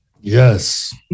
yes